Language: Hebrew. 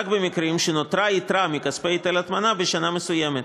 רק במקרים שנותרה יתרה מכספי היטל ההטמנה בשנה מסוימת.